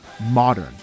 modern